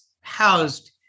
housed